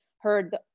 heard